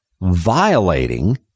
violating